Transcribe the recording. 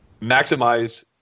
maximize